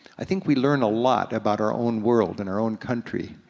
i think we learn a lot about our own world, and our own country,